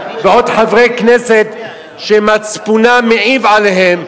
ועוד חברי כנסת שמצפונם מעיב עליהם,